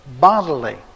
bodily